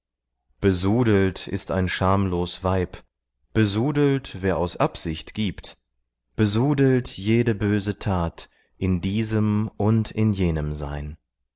besudelt ist ein schamlos weib besudelt wer aus absicht gibt besudelt jede böse tat in diesem und in jenem sein